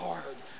hard